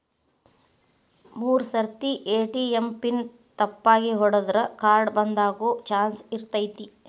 ಮೂರ್ ಸರ್ತಿ ATM pin ತಪ್ಪಾಗಿ ಹೊಡದ್ರ ಕಾರ್ಡ್ ಬಂದಾಗೊ ಚಾನ್ಸ್ ಇರ್ತೈತಿ